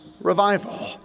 revival